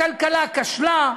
הכלכלה כשלה,